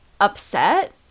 upset